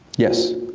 yes?